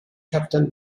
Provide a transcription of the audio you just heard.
captain